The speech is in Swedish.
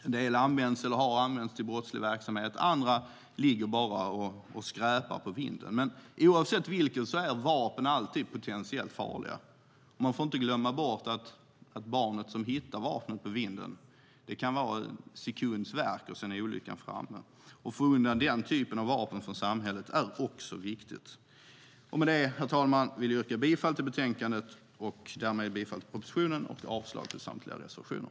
En del används eller har använts för brottslig verksamhet, andra ligger bara och skräpar på vinden. Men oavsett vilket det är fråga om är vapen alltid potentiellt farliga. Man får inte glömma bort att om ett barn hittar ett vapen på vinden kan det på en sekund ske en olycka. Att få undan denna typ av vapen från samhället är också viktigt. Herr talman! Jag yrkar bifall till förslaget i betänkandet och därmed bifall till propositionen och avslag på samtliga reservationer.